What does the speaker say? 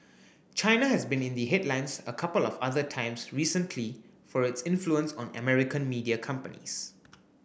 China has been in the headlines a couple of other times recently for its influence on American media companies